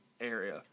area